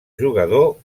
jugador